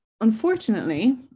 unfortunately